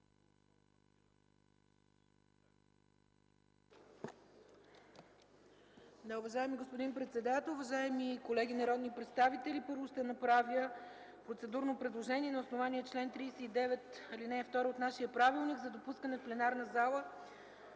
Уважаеми господин председател, уважаеми колеги народни представители! Правя процедурното предложение – на основание чл. 39, ал. 2 от нашия правилник за допускане в пленарната зала